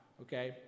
Okay